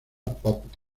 pop